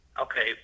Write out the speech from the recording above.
Okay